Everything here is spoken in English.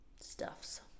stuffs